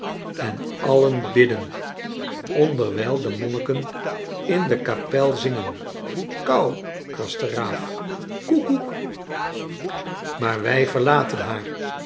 en alien bidden onderwijl de monniken in de kapel zingen kou krast de raaf koekoekl maar wij verlaten haar